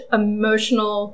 emotional